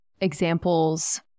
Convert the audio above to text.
examples